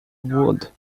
would